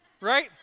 Right